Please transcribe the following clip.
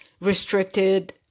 restricted